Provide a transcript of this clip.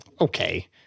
okay